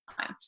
time